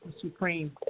supreme